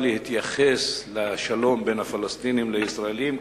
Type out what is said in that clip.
להתייחס לשלום בין הפלסטינים לישראלים,